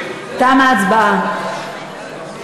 תמה ההצבעה.